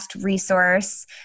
resource